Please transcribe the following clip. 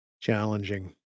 Challenging